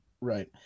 Right